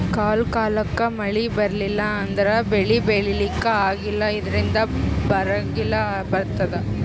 ಕಾಲ್ ಕಾಲಕ್ಕ್ ಮಳಿ ಬರ್ಲಿಲ್ಲ ಅಂದ್ರ ಬೆಳಿ ಬೆಳಿಲಿಕ್ಕ್ ಆಗಲ್ಲ ಇದ್ರಿಂದ್ ಬರ್ಗಾಲ್ ಬರ್ತದ್